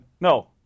no